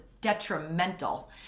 detrimental